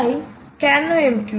তাই কেন MQTT